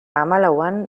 hamalauan